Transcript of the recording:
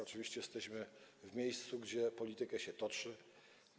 Oczywiście jesteśmy w miejscu, gdzie politykę się uprawia.